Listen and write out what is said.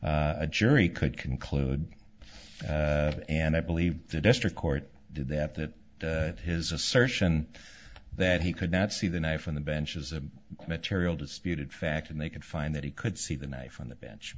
bench a jury could conclude and i believe the district court did that that his assertion that he could not see the knife on the bench is a material disputed fact and they could find that he could see the knife on the bench